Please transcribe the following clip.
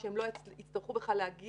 שהם לא יצטרכו בכלל להגיע,